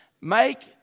Make